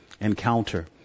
encounter